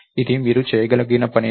ఇది మీరు చేయగలిగిన పనేనా